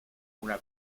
una